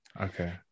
Okay